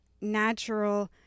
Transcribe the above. natural